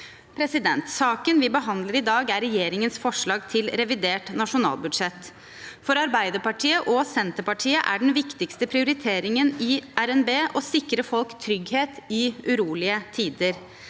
solidaritet. Saken vi behandler i dag, er regjeringens forslag til revidert nasjonalbudsjett. For Arbeiderpartiet og Senterpartiet er den viktigste prioriteringen i RNB å sikre folk trygghet i urolige tider.